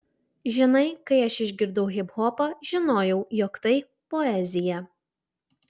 žinai kai aš išgirdau hiphopą žinojau jog tai poezija